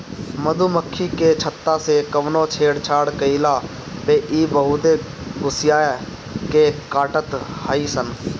मधुमक्खी के छत्ता से कवनो छेड़छाड़ कईला पे इ बहुते गुस्सिया के काटत हई सन